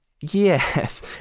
Yes